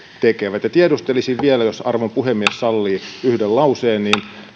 tekevät tiedustelisin vielä jos arvon puhemies sallii yhden lauseen